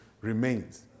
remains